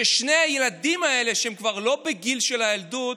ששני הילדים האלה, שהם כבר לא בגיל הילדות,